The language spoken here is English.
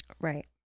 Right